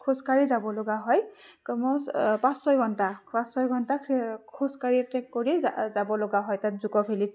খোজকাঢ়ি যাব লগা হয় কমেও পাঁচ ছয় ঘণ্টা পাঁচ ছয় ঘণ্টা খোজকাঢ়ি ট্ৰেক কৰি যাব লগা হয় তাত জুকো ভেলিত